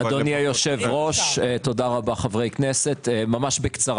אדוני היושב-ראש, רבותיי חברי הכנסת, ממש בקצרה.